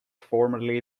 formerly